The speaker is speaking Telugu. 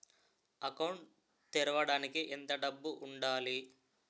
అకౌంట్ తెరవడానికి ఎంత డబ్బు ఉండాలి?